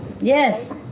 Yes